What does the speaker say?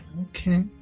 Okay